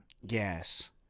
Yes